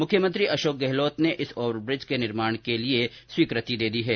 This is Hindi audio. मुख्यमंत्री अशोक गहलोत ने इस ओवरब्रिज के निर्माण के लिए स्वीकृति दे दी है